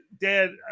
Dad